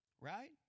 Right